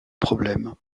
problème